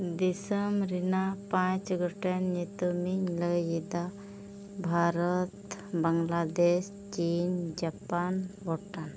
ᱫᱤᱥᱚᱢ ᱨᱮᱱᱟᱜ ᱯᱟᱸᱪ ᱜᱚᱴᱮᱱ ᱧᱩᱛᱩᱢᱤᱧ ᱞᱟᱹᱭᱮᱫᱟ ᱵᱷᱟᱨᱚᱛ ᱵᱟᱝᱞᱟᱫᱮᱥ ᱪᱤᱱ ᱡᱟᱯᱟᱱ ᱵᱷᱩᱴᱟᱱ